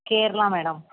Kerala madam